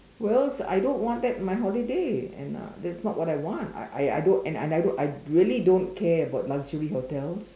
well I don't want that in my holiday and uh that's not what I want and I I don't and I don't I really don't care about luxury hotels